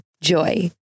JOY